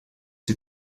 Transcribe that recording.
die